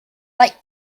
like